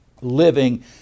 living